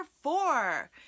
four